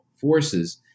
forces